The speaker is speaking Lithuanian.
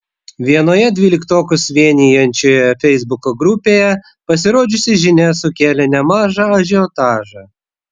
vienoje dvyliktokus vienijančioje feisbuko grupėje pasirodžiusi žinia sukėlė nemažą ažiotažą